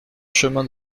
chemin